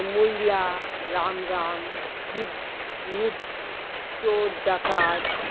মইলা রাম রাম যুধ মুধ চোর ডাকাত